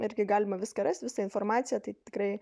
irgi galima viską rast visą informaciją tai tikrai